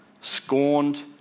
scorned